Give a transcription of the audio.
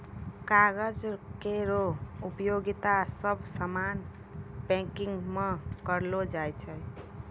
कागज केरो उपयोगिता सब सामान पैकिंग म करलो जाय छै